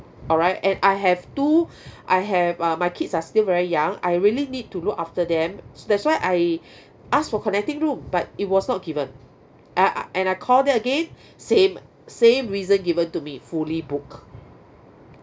alright and I have two I have uh my kids are still very young I really need to look after them so that's why I ask for connecting room but it was not given I and I call them again same same reason given to me fully booked